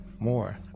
More